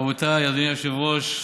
רבותיי, אדוני היושב-ראש,